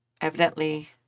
evidently